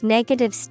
Negative